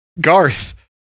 Garth